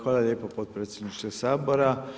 Hvala lijepo potpredsjedniče Sabora.